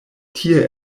tie